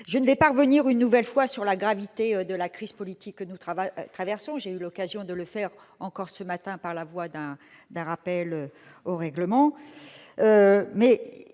Je ne reviendrai pas, une nouvelle fois, sur la gravité de la crise politique que nous traversons. J'ai eu l'occasion de le faire encore ce matin, par la voie d'un rappel au règlement. Mais